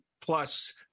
plus